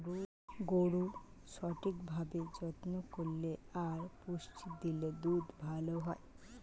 গরুর সঠিক ভাবে যত্ন করলে আর পুষ্টি দিলে দুধ ভালো হয়